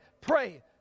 pray